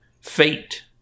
fate